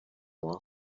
are